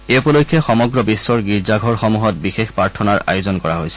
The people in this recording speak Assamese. এই উপলক্ষে সমগ্ৰ বিশ্বৰ গীৰ্জাঘৰ সমূহত বিশেষ প্ৰাৰ্থনাৰ আয়োজন কৰা হৈছে